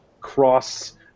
cross